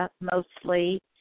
mostly